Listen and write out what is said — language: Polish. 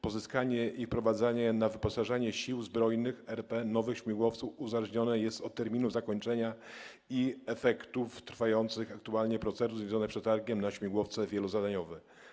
Pozyskanie i wprowadzenie na wyposażenie Sił Zbrojnych RP nowych śmigłowców uzależnione jest od terminu zakończenia i efektów trwających aktualnie procedur związanych z przetargiem na śmigłowce wielozadaniowe.